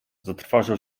zatrwożył